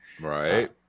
Right